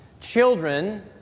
Children